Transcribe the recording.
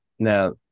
Now